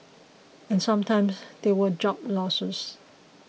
and sometimes there were job losses